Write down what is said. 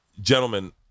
Gentlemen